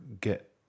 get